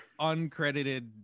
Uncredited